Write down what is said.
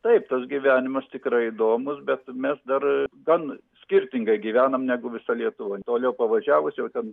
taip tas gyvenimas tikrai įdomus bet mes dar gan skirtingai gyvenam negu visa lietuva toliau pavažiavus jau ten